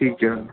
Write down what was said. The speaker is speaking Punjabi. ਠੀਕ ਐ